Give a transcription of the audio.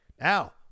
Now